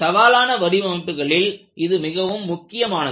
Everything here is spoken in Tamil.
சவாலான வடிவமைப்புகளில் இது மிகவும் முக்கியமானது